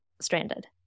stranded